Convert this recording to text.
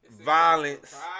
violence